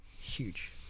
huge